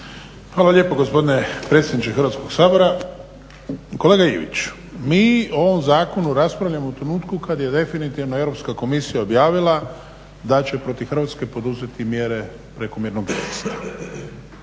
Hvala lijepo gospodine predsjedniče Hrvatskog sabora. Mi o ovom zakonu raspravljamo u trenutku kad je definitivno Europska komisija objavila da će protiv Hrvatske poduzeti mjere prekomirnog …/Govornik